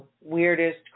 weirdest